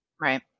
Right